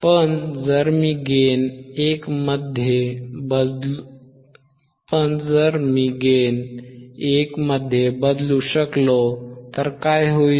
पण जर मी गेन 1 मध्ये बदलू शकलो तर काय होईल